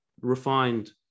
refined